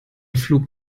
flug